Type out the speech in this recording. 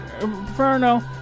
Inferno